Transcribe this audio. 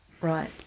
Right